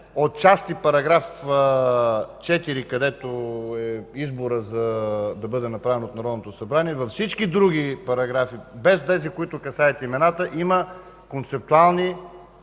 отчасти § 4, където е посочено изборът да бъде направен от Народното събрание, във всички други параграфи, без тези, които касаят имената, има концептуални